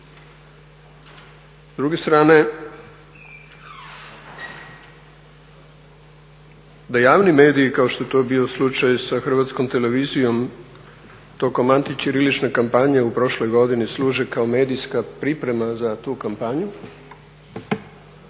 S druge strane da javni mediji kao što je to bio slučaj sa Hrvatskom televizijom tokom antićirilične kampanje u prošloj godini služi kao medijska priprema za tu kampanju